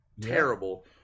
terrible